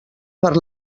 per